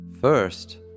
First